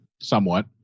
Somewhat